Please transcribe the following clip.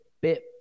bit